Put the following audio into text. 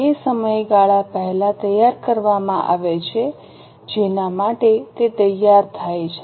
તે સમયગાળા પહેલા તૈયાર કરવામાં આવે છે જેના માટે તે તૈયાર થાય છે